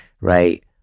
right